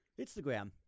Instagram